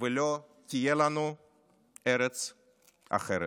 ולא תהיה לנו ארץ אחרת.